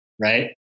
right